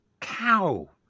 cow